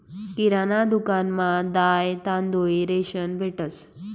किराणा दुकानमा दाय, तांदूय, रेशन भेटंस